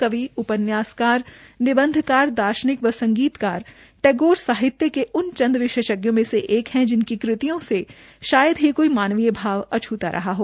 कवि उपन्यासकार निबंधकार दार्शनिक व संगीतकार टैगोर साहित्य के उन चंद विशेषज्ञों मं से एक है जिनकी कृतियों से शायद ही कोई मानवीय भाव अछुता रहा है